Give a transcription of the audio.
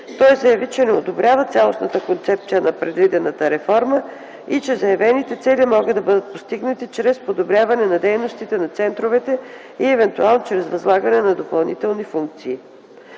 Той заяви, че не одобрява цялостната концепция на предвидената реформа и че заявените цели могат да бъдат постигнати чрез подобряване на дейността на центровете и евентуално чрез възлагането на допълнителни функции.